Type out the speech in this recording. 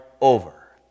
over